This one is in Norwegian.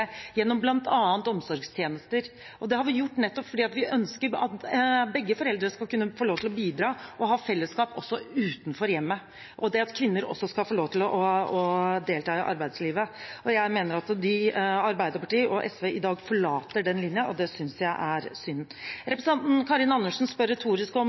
det, gjennom bl.a. omsorgstjenester. Det har vi gjort nettopp fordi vi ønsker at begge foreldre skal kunne få lov til å bidra og ha et fellesskap også utenfor hjemmet, og at også kvinner skal få lov til å delta i arbeidslivet. Jeg mener at Arbeiderpartiet og SV i dag forlater den linjen, og det synes jeg er synd. Representanten Karin Andersen spør retorisk om